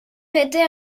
était